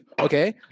Okay